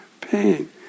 pain